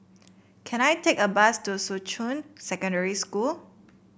can I take a bus to Shuqun Secondary School